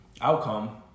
outcome